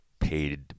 Paid